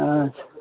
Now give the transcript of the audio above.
अच्छा